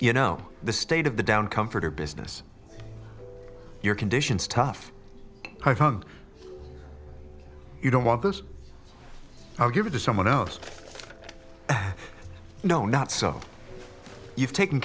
you know the state of the down comforter business your conditions tough i found you don't want those i'll give it to someone else no not so you've taken